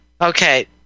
Okay